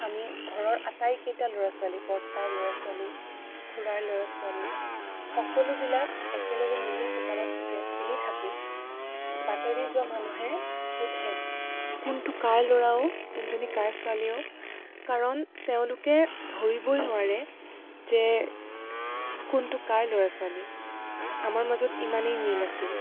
আমি ঘৰৰ আটাইকেইটা ল'ৰা ছোৱালী বৰ্তাৰ ল'ৰা ছোৱালী খুৰাৰ ল'ৰা ছোৱালী সকলোবিলাক একেলগে মিলি চোতালত যেতিয়া খেলি থাকো বাটেদি যোৱা মানুহে সোধে কোনটো কাৰ ল'ৰা অ' কোনজনী কাৰ ছোৱালী অ' কাৰণ তেওঁলোকে ধৰিবই নোৱাৰে যে কোনটো কাৰ ল'ৰা ছোৱালী আমাৰ মাজত ইমানেই মিল আছিল